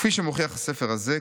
"כפי שמוכיח הספר הזה,